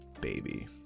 baby